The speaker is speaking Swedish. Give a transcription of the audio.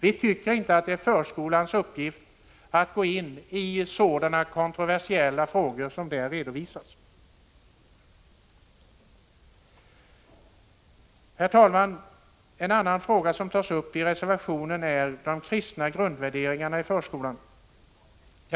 Det är inte förskolans uppgift att gå in i sådana kontroversiella frågor som där redovisas. Herr talman! En annan fråga som tas upp i en reservation är de kristna grundvärderingarna i förskolan.